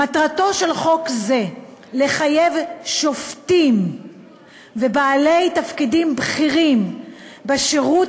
"מטרתו של חוק זה לחייב שופטים ובעלי תפקידים בכירים בשירות